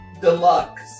Deluxe